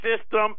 system